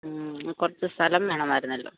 കുറച്ച് സ്ഥലം വേണമായിരുന്നല്ലോ